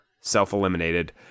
self-eliminated